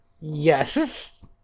Yes